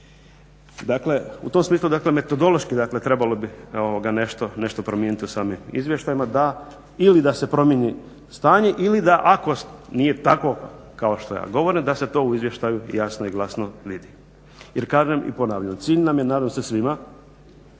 U tom smislu dakle metodološki dakle trebalo bi nešto promijeniti u samim izvještajima ili da se promijeni stanje ili da ako nije tako kao što ja govorim da se to u izvještaju jasno i glasno vidi. Jer kažem i ponavljam cilj nam je nadam se svima